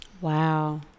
Wow